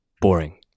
boring